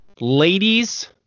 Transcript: Ladies